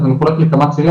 זה מחולק לכמה צירים,